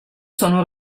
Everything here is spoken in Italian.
sono